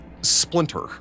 splinter